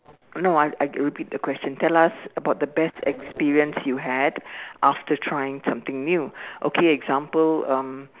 no I I repeat the question tell us about the best experience you had after trying something new okay example um